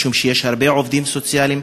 משום שיש הרבה עובדים סוציאליים,